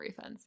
refunds